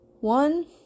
one